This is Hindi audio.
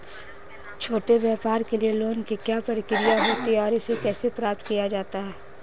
छोटे व्यापार के लिए लोंन की क्या प्रक्रिया होती है और इसे कैसे प्राप्त किया जाता है?